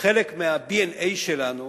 חלק מ-BNA שלנו